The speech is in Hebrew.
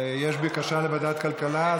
יש בקשה לוועדת כלכלה,